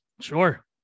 Sure